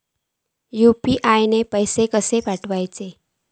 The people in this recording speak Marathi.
यू.पी.आय ने पैशे कशे पाठवूचे?